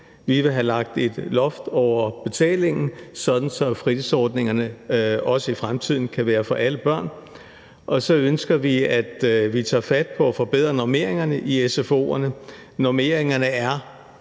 Vi vil have lagt et loft over betalingen, så fritidsordningerne også i fremtiden kan være for alle børn, og så ønsker vi, at vi tager fat på at forbedre normeringerne i sfo'erne. Normeringerne er